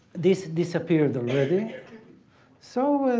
this disappeared already so,